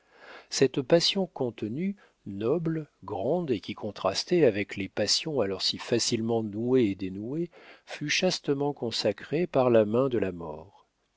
cette passion contenue noble grande et qui contrastait avec les passions alors si facilement nouées et dénouées fut chastement consacrée par la main de la mort